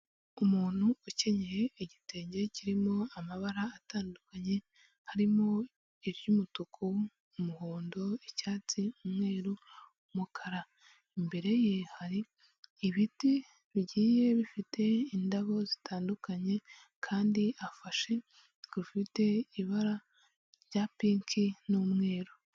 Umuntu ukenyeye igitenge kirimo amabara atandukanye,, harimo iry'umutuku, umuhondo, icyatsi, umweru, umukara. Imbere ye hari ibiti bigiye bifite indabo zitandukanye, kandi afashe urufite ibara rya pinki n'umweru.